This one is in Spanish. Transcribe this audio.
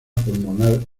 pulmonar